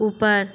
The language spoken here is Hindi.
ऊपर